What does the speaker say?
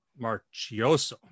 Marchioso